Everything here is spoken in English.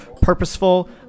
purposeful